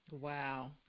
Wow